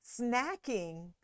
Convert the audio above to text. snacking